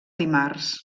dimarts